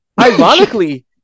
ironically